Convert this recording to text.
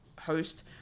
host